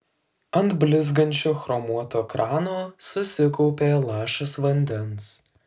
ant blizgančio chromuoto krano susikaupė lašas vandens